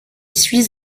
suis